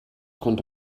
konnte